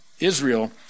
Israel